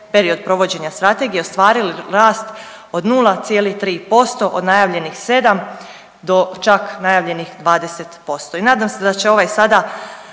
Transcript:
period provođenja strategije ostvarili rast od 0,3% od najavljenih 7 do čak najavljenih 20%.